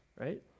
right